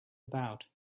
about